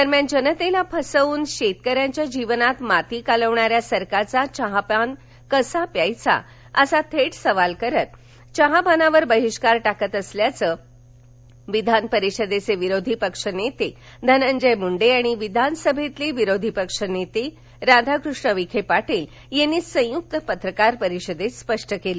दरम्यान जनतेला फसवृन शेतकऱ्यांच्या जीवनात माती कालवणाऱ्या सरकारचा चहापान कसा प्यायचा असा थेट सवाल करत चहापानावर बहिष्कार टाकत असल्याचं विधानपरिषदेचे विरोधी पक्षनेते धनंजय मुंडे आणि विधानसभेतले विरोधीपक्ष नेते राधाकृष्ण विखे पाटील यांनी संयुक्त पत्रकार परिषदेत स्पष्ट केलं